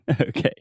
okay